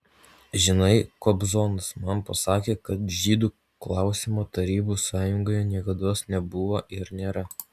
žinai kobzonas man pasakė kad žydų klausimo tarybų sąjungoje niekados nebuvo ir nėra